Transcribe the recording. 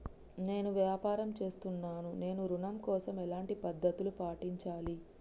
నేను వ్యాపారం చేస్తున్నాను నేను ఋణం కోసం ఎలాంటి పద్దతులు పాటించాలి?